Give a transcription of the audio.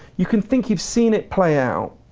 you can think you've seen it play out,